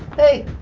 hey,